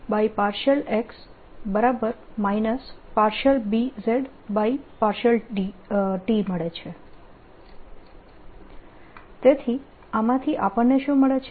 EyxyEyxyEy∂xxy ∂tBx y તેથી આમાંથી આપણને શું મળે છે